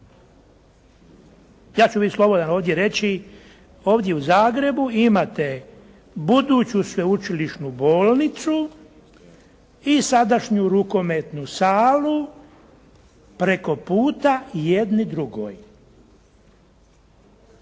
Ja ću biti slobodan ovdje reći ovdje u Zagrebu imate buduću sveučilišnu bolnicu i sadašnju rukometnu salu preko puta jedni drugoj.